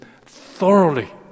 thoroughly